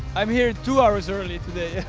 i'm here two hours early today.